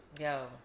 Yo